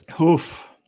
Oof